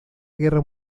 guerra